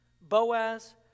Boaz